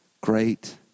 Great